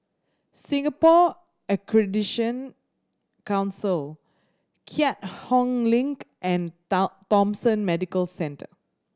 Singapore Accreditation Council Keat Hong Link and Thomson Medical Centre